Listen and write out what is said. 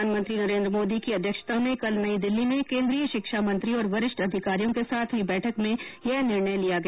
प्रधानमंत्री नरेन्द्र मोदी की अध्यक्षता में कल नई दिल्ली में केन्द्रीय शिक्षा मंत्री और वरिष्ठ अधिकारियों के साथ हुई बैठक में यह निर्णय लिया गया